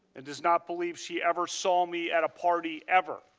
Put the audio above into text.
and does not believe she ever saw me at a party ever.